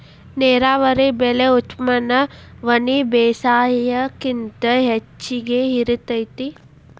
ನೇರಾವರಿ ಬೆಳೆ ಉತ್ಪನ್ನ ಒಣಬೇಸಾಯಕ್ಕಿಂತ ಹೆಚಗಿ ಇರತತಿ